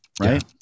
right